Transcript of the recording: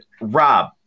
Rob